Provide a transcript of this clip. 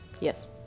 Yes